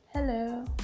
hello